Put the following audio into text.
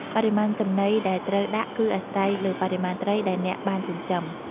បរិមាណចំណីដែលត្រូវដាក់គឺអាស្រ័យលើបរិមាណត្រីដែលអ្នកបានចិញ្ចឹម។